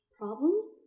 problems